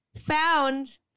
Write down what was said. found